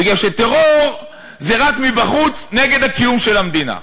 בגלל שטרור זה רק מבחוץ נגד הקיום של המדינה.